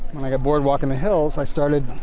when i got bored walking the hills, i started